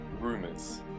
rumors